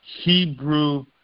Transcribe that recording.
Hebrew